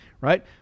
right